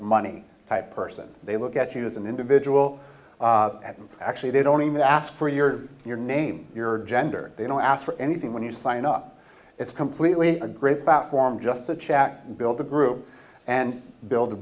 money type person they look at you as an individual actually they don't even ask for your your name your gender they don't ask for anything when you sign up it's completely a great platform just to chat and build the group and build a